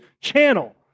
channel